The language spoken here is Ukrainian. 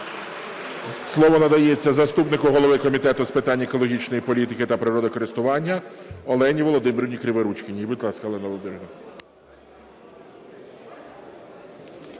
Слово надається заступнику голови Комітету з питань екологічної політики та природокористування Олені Володимирівні Криворучкіній. Будь ласка, Олена Володимирівна.